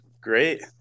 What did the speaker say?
great